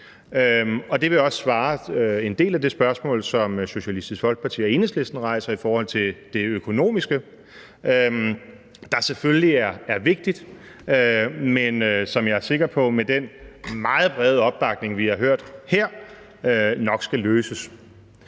det vil også besvare en del af det spørgsmål, som Socialistisk Folkeparti og Enhedslisten rejser, i forhold til det økonomiske, der selvfølgelig er vigtigt, men som jeg er sikker på med den meget brede opbakning, vi har hørt her, nok skal løses.